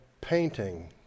painting